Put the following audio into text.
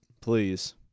please